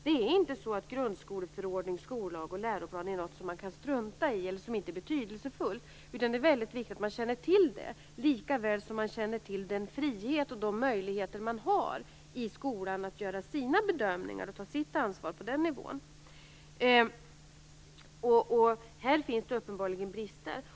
Det är inte så att grundskoleförordning, skollag och läroplan är något som man kan strunta i eller som inte är betydelsefullt, utan det är väldigt viktigt att man känner till detta, lika väl som man känner till den frihet och de möjligheter man har i skolan att på den nivån göra sina bedömningar och ta sitt ansvar. Här finns det uppenbarligen brister.